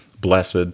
blessed